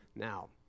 Now